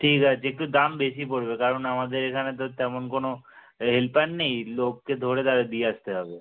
ঠিক আছে একটু দাম বেশি পড়বে কারণ আমাদের এখানে তো তেমন কোনো এ হেল্পার নেই লোককে ধরে তাহলে দিয়ে আসতে হবে